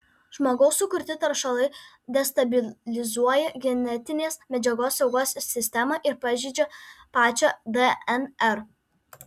žmogaus sukurti taršalai destabilizuoja genetinės medžiagos saugos sistemą ir pažeidžia pačią dnr